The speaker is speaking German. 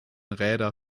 räder